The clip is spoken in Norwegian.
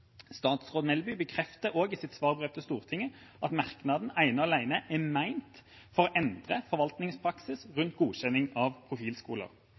Statsråd Melby bekrefter også i sitt svarbrev til Stortinget at merknaden ene og alene er ment for å endre forvaltningspraksis rundt godkjenning av profilskoler.